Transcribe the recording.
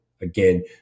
Again